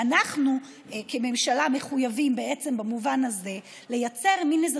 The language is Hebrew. אנחנו כממשלה מחויבים במובן הזה לייצר איזו